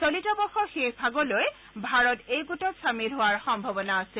চলিত বৰ্ষৰ শেষভাগলৈ ভাৰত এই গোটত চামিল হোৱাৰ সম্ভাৱনা আছে